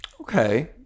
Okay